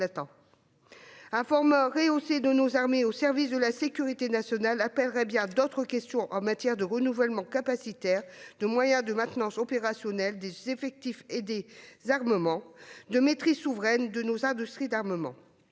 Un format rehaussé de nos armées au service de la sécurité nationale appellerait bien d'autres questions, en matière de renouvellement capacitaire, de moyens de maintenance opérationnelle des effectifs et des armements, de maîtrise souveraine de nos industries d'armement.